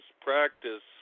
practice